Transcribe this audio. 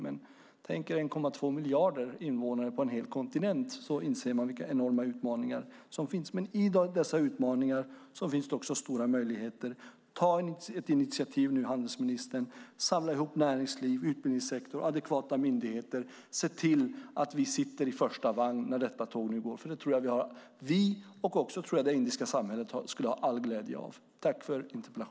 En annan sak är - tänk er det - 1,2 miljarder invånare på en hel kontinent. Då inser man vilka enorma utmaningar som finns. I dessa utmaningar finns det också stora möjligheter. Ta nu ett initiativ, handelsministern, och samla ihop folk från näringslivet, utbildningssektorn och adekvata myndigheter och se till att vi sitter i första vagnen när detta tåg går! Vi och, tror jag, det indiska samhället skulle ha all glädje av det.